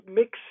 mix